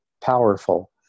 powerful